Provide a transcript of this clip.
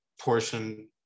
portion